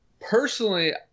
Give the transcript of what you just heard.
personally